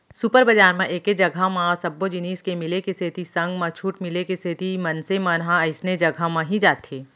super बजार म एके जघा म सब्बो जिनिस के मिले के सेती संग म छूट मिले के सेती मनसे मन ह अइसने जघा म ही जाथे